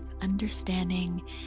understanding